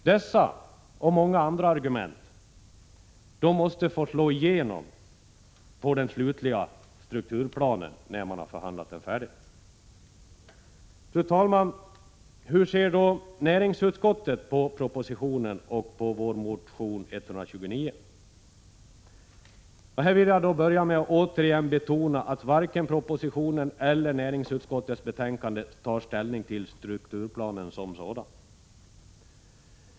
Dessa och många andra argument måste få slå igenom på den slutliga strukturplanen när man har förhandlat den färdigt. Fru talman! Hur ser då näringsutskottet på propositionen och på vår motion 129? Här vill jag då börja med att återigen betona att varken propositionen eller näringsutskottets betänkande tar ställning till strukturplanen som sådan.